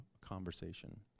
conversation